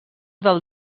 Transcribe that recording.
del